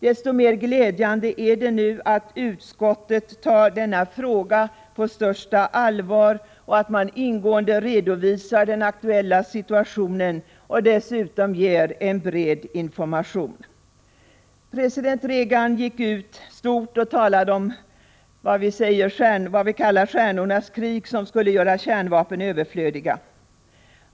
Desto mer glädjande är det att utskottet nu tar denna fråga på största allvar och att det ingående redovisar den aktuella situationen och dessutom ger en bred information. President Reagan gick ut stort och talade om vad vi kallar stjärnornas krig, som skulle göra kärnvapen överflödiga.